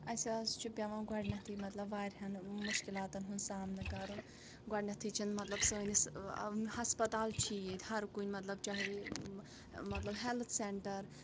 اَسہِ حظ چھُ پٮ۪وان گۄڈٔنٮ۪تھٕے مطلب واریاہَن مُشکِلاتَن ہُنٛد سامانہٕ کَرُن گۄڈٕنٮ۪تھٕے چھِنہٕ مطلب سٲنِس ہَسپَتال چھِ ییٚتہِ ہَر کُنہِ مطلب چاہے مطلب ہٮ۪لٔتھ سینٹر